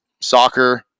soccer